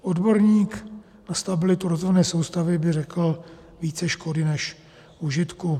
Odborník na stabilitu rozvodné soustavy by řekl: více škody než užitku.